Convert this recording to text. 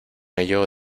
ello